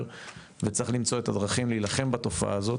וצריך למצוא את הדרכים להילחם בתופעה הזאת